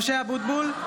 משה אבוטבול,